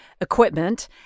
equipment